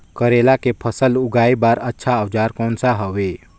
करेला के फसल उगाई बार अच्छा औजार कोन सा हवे?